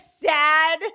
sad